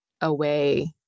away